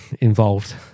involved